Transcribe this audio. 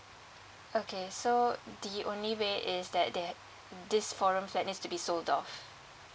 okay so uh the only way is that they have this four room flat needs to be sold off